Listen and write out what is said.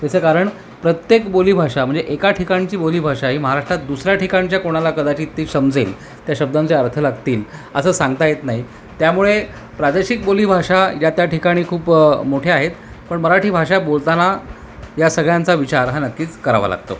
त्याचं कारण प्रत्येक बोलीभाषा म्हणजे एका ठिकाणची बोलीभाषा ही महाराष्ट्रात दुसऱ्या ठिकाणच्या कोणाला कदाचित ती समजेल त्या शब्दांचे अर्थ लागतील असं सांगता येत नाही त्यामुळे प्रादेशिक बोलीभाषा ज्या त्या ठिकाणी खूप मोठ्या आहेत पण मराठी भाषा बोलताना या सगळ्यांचा विचार हा नक्कीच करावा लागतो